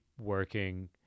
working